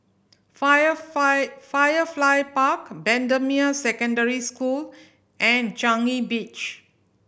Fire Fire Firefly Park Bendemeer Secondary School and Changi Beach